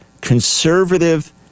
conservative